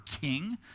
king